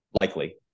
likely